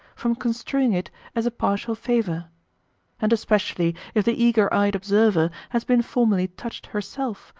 from construing it as a partial favour and especially if the eager-eyed observer has been formerly touched herself,